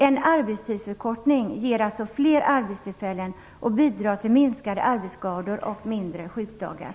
En arbetstidsförkortning ger alltså fler arbetstillfällen och bidrar till minskade arbetsskador och färre sjukdagar.